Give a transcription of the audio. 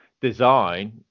design